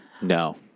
no